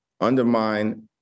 undermine